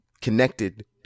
connected